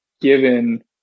Given